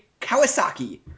Kawasaki